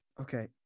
okay